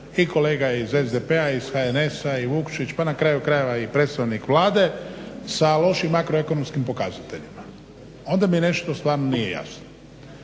i kolega iz SDP-a iz HNS-a i Vukšić pa na kraju krajeva i predstavnik Vlade sa lošim makroekonomskim pokazateljima. Onda mi nešto stvarno nije jasno.